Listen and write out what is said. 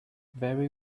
very